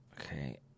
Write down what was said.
Okay